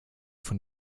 von